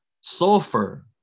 sulfur